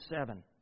seven